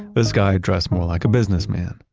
this guy dressed more like a businessman.